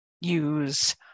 use